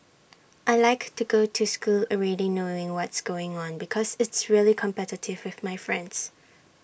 I Like to go to school already knowing what's going on because it's really competitive with my friends